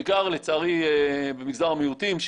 בעיקר לצערי במגזר המיעוטים,